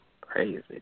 Crazy